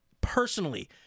personally